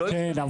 כן,